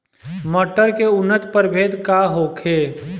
मटर के उन्नत प्रभेद का होखे?